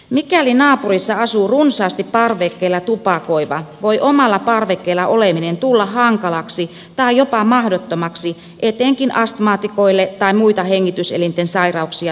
mikäli naapurissa asuu runsaasti parvekkeella tupakoiva voi omalla parvekkeella oleminen tulla hankalaksi tai jopa mahdottomaksi etenkin astmaatikoille tai muita hengityselinten sairauksia sairastaville